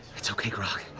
it's okay, grog.